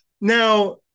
Now